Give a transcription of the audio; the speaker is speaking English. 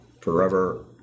forever